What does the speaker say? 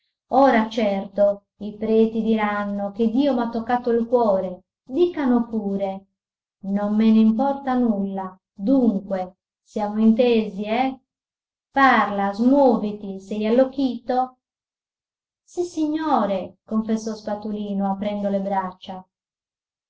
ora certo i preti diranno che dio m'ha toccato il cuore dicano pure non me n'importa nulla dunque siamo intesi eh parla smuoviti sei allocchito sissignore confessò spatolino aprendo le braccia